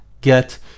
get